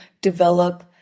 develop